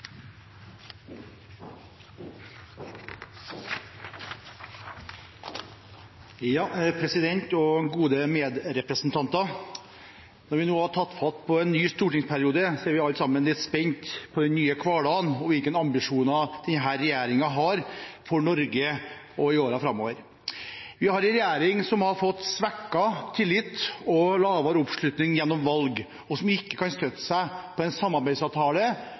vi alle sammen litt spente på den nye hverdagen og hvilke ambisjoner denne regjeringen har for Norge i årene framover. Vi har en regjering som har fått svekket tillit og lavere oppslutning gjennom valg, og som ikke kan støtte seg på en samarbeidsavtale,